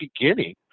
beginning